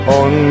on